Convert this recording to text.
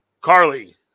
Carly